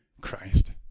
Christ